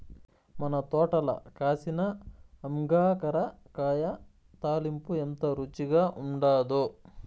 మన తోటల కాసిన అంగాకర కాయ తాలింపు ఎంత రుచిగా ఉండాదో